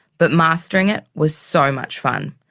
but mastering it was so much fun.